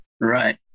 Right